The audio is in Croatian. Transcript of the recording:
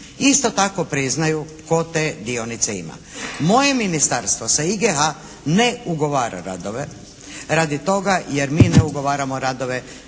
isto tako priznaju tko te dionice ima. Moje ministarstvo sa IGH ne ugovara radove radi toga jer mi ne ugovaramo radove